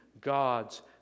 God's